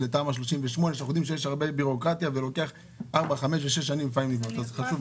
אנחנו יודעים שיש הרבה בירוקרטיה ולפעמים לוקח כמה שנים טובות.